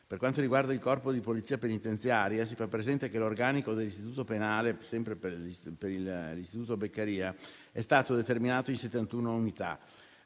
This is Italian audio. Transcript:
Per quanto riguarda il Corpo di polizia penitenziaria si fa presente che l'organico dell'istituto penale Beccaria è stato determinato in 71 unità